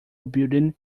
building